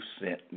sent